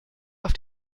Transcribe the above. auf